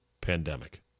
pandemic